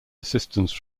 assistance